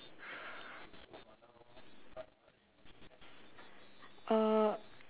uh